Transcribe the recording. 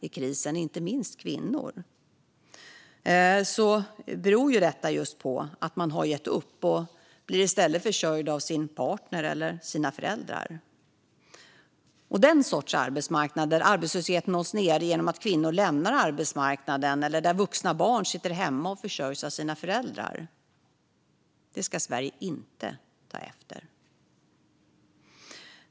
Även om ländernas arbetslöshetstal ser bättre ut beror det alltså just på att man har gett upp. Man blir i stället försörjd av sin partner eller sina föräldrar. Den sortens arbetsmarknad - där arbetslösheten hålls nere genom att kvinnor lämnar arbetsmarknaden eller att vuxna barn sitter hemma och försörjs av sina föräldrar - ska Sverige inte ta efter.